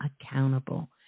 accountable